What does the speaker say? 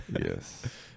Yes